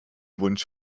wunsch